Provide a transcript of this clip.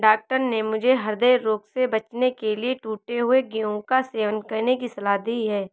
doctor ने मुझे हृदय रोग से बचने के लिए टूटे हुए गेहूं का सेवन करने की सलाह दी है